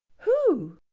who?